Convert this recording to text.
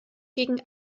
gegen